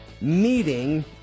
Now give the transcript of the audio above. meeting